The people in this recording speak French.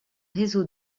réseau